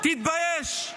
תתבייש.